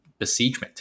besiegement